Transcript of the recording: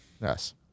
Yes